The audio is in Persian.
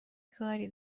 کاری